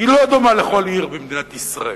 היא לא דומה לכל עיר במדינת ישראל,